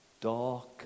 dark